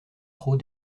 trot